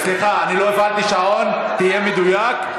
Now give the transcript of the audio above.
סליחה, אני לא הפעלתי שעון, תהיה מדויק.